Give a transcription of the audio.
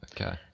Okay